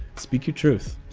speak your truth,